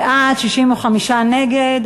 14 בעד, 65 נגד.